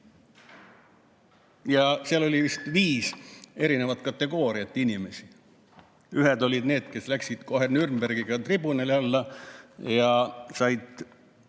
Ja seal oli vist viis erinevat inimeste kategooriat. Ühed olid need, kes läksid kohe Nürnbergi tribunali alla ja said